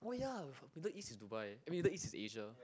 oh ya Middle East is Dubai eh Middle East is Asia